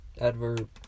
Adverb